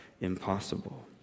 impossible